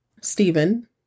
Stephen